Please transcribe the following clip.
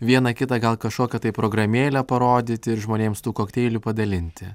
vieną kitą gal kažkokią programėlę parodyti ir žmonėms tų kokteilių padalinti